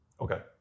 Okay